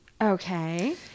Okay